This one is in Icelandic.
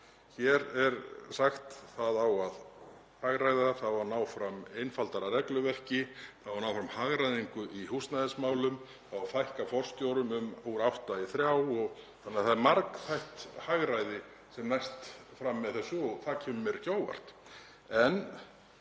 Hér er sagt: Það á að hagræða, það á að ná fram einfaldara regluverki, það á að ná fram hagræðingu í húsnæðismálum, það á að fækka forstjórum úr átta í þrjá. Það er því margþætt hagræði sem næst fram með þessu og það kemur mér